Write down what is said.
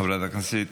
גברתי, חברת הכנסת,